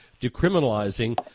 decriminalizing